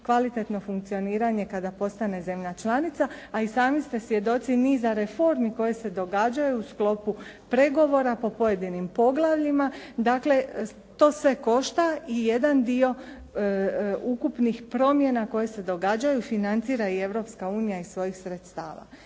kvalitetno funkcioniranje kada postane zemlja članica, a i sami ste svjedoci niza reformi koje se događaju u sklopu pregovora po pojedinim poglavljima, dakle to sve košta i jedan dio ukupnih promjena koje se događaju, financira i Europska unija iz svojih sredstava.